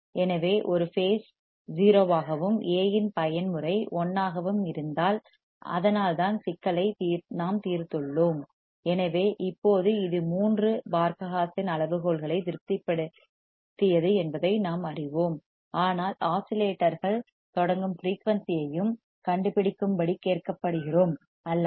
எனவே ஒரு பேஸ் 0 ஆகவும் A இன் பயன்முறை 1 ஆகவும் இருந்தால் அதனால்தான் சிக்கலை நாம் தீர்த்துள்ளோம் எனவே இப்போது இது மூன்று பார்க ஹா சென் அளவுகோல்களை திருப்திப்படுத்தியது என்பதை நாம் அறிவோம் ஆனால் ஆஸிலேட்டர்கள் தொடங்கும் ஃபிரீயூன்சி ஐயும் கண்டுபிடிக்கும்படி கேட்கப்படுகிறோம் அல்லவா